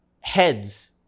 heads